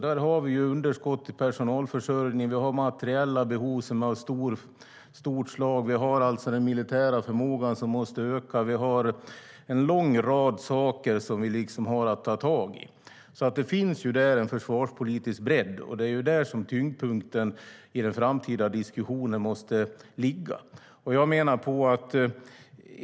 Vi har underskott i personalförsörjningen, materiella behov av stort slag och den militära förmågan som måste öka. Vi har en lång rad saker att ta tag i. Det finns alltså en försvarspolitisk bredd. Och det är där tyngdpunkten i den framtida diskussionen måste ligga.